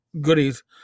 goodies